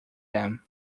then